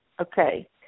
Okay